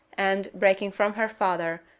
and, breaking from her father,